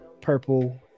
purple